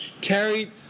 carried